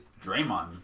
Draymond